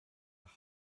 with